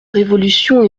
révolution